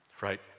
Right